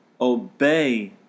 obey